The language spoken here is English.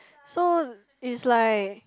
so is like